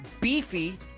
beefy